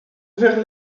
vers